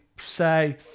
say